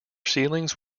ceilings